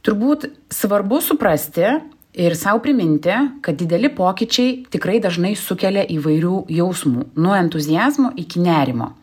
turbūt svarbu suprasti ir sau priminti kad dideli pokyčiai tikrai dažnai sukelia įvairių jausmų nuo entuziazmo iki nerimo